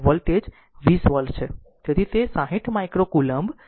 અને voltage 20 volt છે તેથી તે 60 માઇક્રો કુલોમ્બ છે